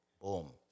Boom